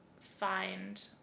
find